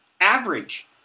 average